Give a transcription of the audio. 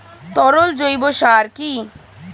তরল জৈব সার কি?